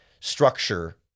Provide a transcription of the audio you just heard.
structure